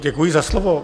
Děkuji za slovo.